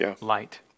light